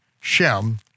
Shem